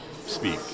speak